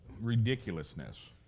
ridiculousness